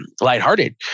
lighthearted